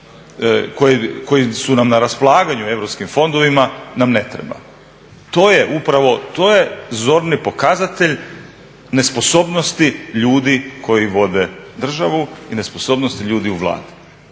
koji su nam na raspolaganju u europskim fondovima nam ne treba. To je upravo, to je zorni pokazatelj nesposobnosti ljudi koji vode državu i nesposobnost ljudi u Vladi.